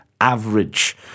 average